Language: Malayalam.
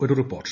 ഒരു റിപ്പോർട്ട്